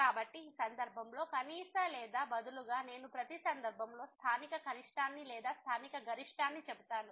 కాబట్టి ఈ సందర్భంలో కనీస లేదా బదులుగా నేను ప్రతి సందర్భంలో స్థానిక కనిష్టాన్ని లేదా స్థానిక గరిష్ఠాన్ని చెబుతాను